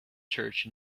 church